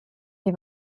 wie